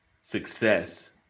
Success